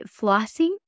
Flossing